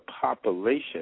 population